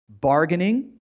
bargaining